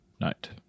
night